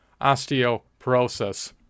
osteoporosis